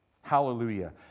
Hallelujah